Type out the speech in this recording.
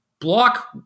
block